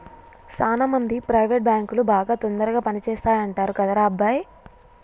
సాన మంది ప్రైవేట్ బాంకులు బాగా తొందరగా పని చేస్తాయంటరు కదరా అబ్బాయి